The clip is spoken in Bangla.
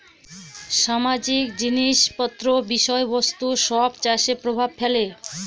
সামাজিক জিনিস পত্র বিষয় বস্তু সব চাষে প্রভাব ফেলে